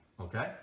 Okay